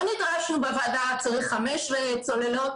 לא נדרשנו בוועדה צריך חמש צוללות,